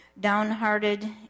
downhearted